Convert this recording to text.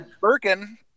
Birkin